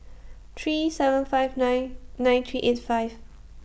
three seven five nine nine three eight five